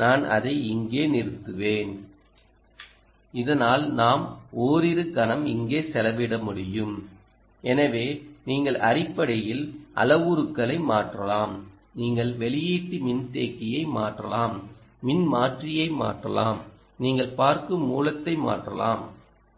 நான் அதை இங்கே நிறுத்துவேன் இதனால் நாம் ஒரிரு கணம் இங்கே செலவிட முடியும் எனவே நீங்கள் அடிப்படையில் அளவுருக்களை மாற்றலாம் நீங்கள் வெளியீட்டு மின்தேக்கியை மாற்றலாம் மின்மாற்றியை மாற்றலாம் நீங்கள் பார்க்கும் மூலத்தை மாற்றலாம்